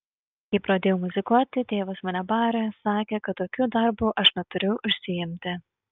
kai pradėjau muzikuoti tėvas mane barė sakė kad tokiu darbu aš neturiu užsiimti